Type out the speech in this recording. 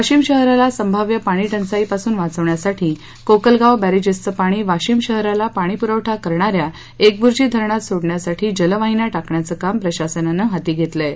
वाशिम शहराला संभाव्य पाणीटंचाईपासून वाचवण्यासाठी कोकलगाव बॅरेजेसचं पाणी वाशिम शहराला पाणीपुरवठा करणाऱ्या एकबूर्जी धरणात सोडण्यासाठी जलवाहिन्या टाकण्याचं काम प्रशासनानं हाती घेतलं आहे